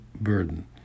burden